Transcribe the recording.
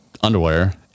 underwear